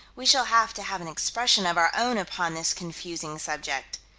we shall have to have an expression of our own upon this confusing subject.